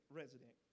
resident